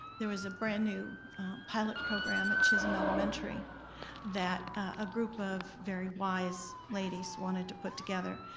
there was a brand new pilot program at chisholm elementary that a group of very wise ladies wanted to put together.